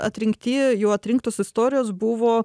atrinkti jau atrinktos istorijos buvo